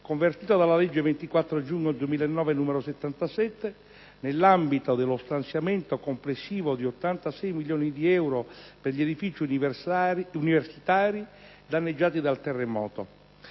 convertito dalla legge 24 giugno 2009, n. 77, nell'ambito dello stanziamento complessivo di 86 milioni di euro per gli edifici universitari danneggiati dal terremoto;